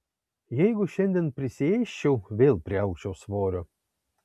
jeigu šiandien prisiėsčiau vėl priaugčiau svorio